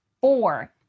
Four